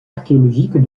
archéologique